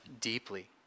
deeply